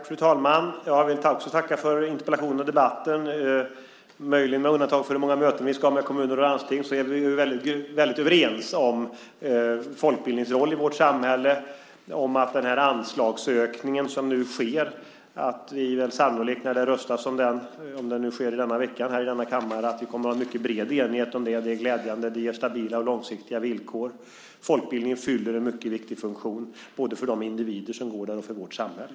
Fru talman! Jag vill också tacka för interpellationen och debatten. Vi är ju, möjligen med undantag för hur många möten vi ska ha med kommuner och landsting, väldigt överens om folkbildningens roll i vårt samhälle. När det röstas om den anslagsökning som nu sker, om det nu sker i denna vecka här i kammaren, kommer vi sannolikt att ha en mycket bred enighet om detta. Det är glädjande. Det ger stabila och långsiktiga villkor. Folkbildningen fyller en mycket viktig funktion både för de individer som finns där och för vårt samhälle.